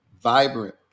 vibrant